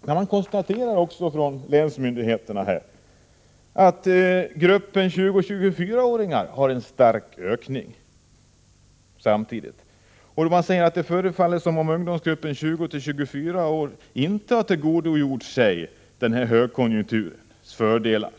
genom ungdomslagen. Från länsmyndigheterna konstateras att gruppen arbetslösa 20-24-åringar samtidigt ökar starkt. Man säger att det förefaller som om ungdomsgruppen i åldern 20-24 år inte har tillgodogjort sig högkonjunkturens fördelar.